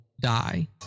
die